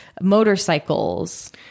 motorcycles